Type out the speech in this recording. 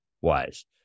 wise